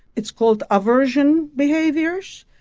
it's called aversion behaviors.